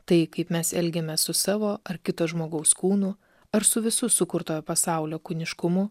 tai kaip mes elgiamės su savo ar kito žmogaus kūnu ar su visu sukurtojo pasaulio kūniškumu